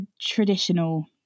traditional